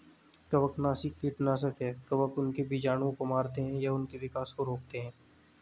कवकनाशी कीटनाशक है कवक उनके बीजाणुओं को मारते है या उनके विकास को रोकते है